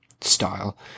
style